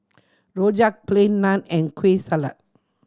rojak Plain Naan and Kueh Salat